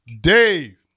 Dave